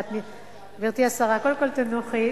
גברתי השרה, קודם כול תנוחי.